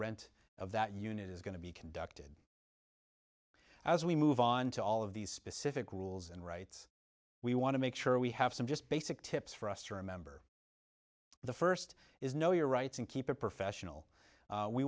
rent of that unit is going to be conducted as we move on to all of these specific rules and rights we want to make sure we have some just basic tips for us to remember the first is know your rights and keep it professional